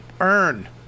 earn